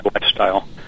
lifestyle